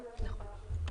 נכון.